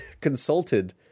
consulted